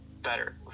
better